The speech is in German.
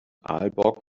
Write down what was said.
aalborg